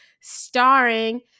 starring